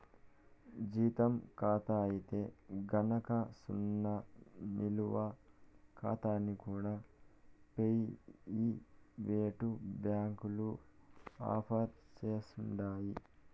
జీతం కాతా అయితే గనక సున్నా నిలవ కాతాల్ని కూడా పెయివేటు బ్యాంకులు ఆఫర్ సేస్తండాయి